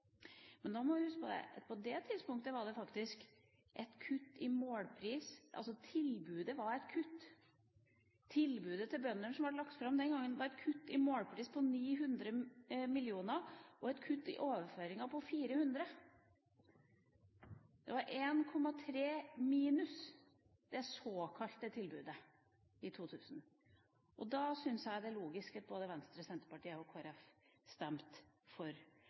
Men da må vi huske at på det tidspunktet var det faktisk et kutt i målpris, altså i det tilbudet til bøndene som ble lagt fram den gangen, var det et kutt i målpris på 900 mill. kr og et kutt i overføringene på 400 mill. kr. Det var 1,3 mrd. kr minus, det såkalte tilbudet i 2000. Da syns jeg det er logisk at både Venstre, Senterpartiet og Kristelig Folkeparti stemte for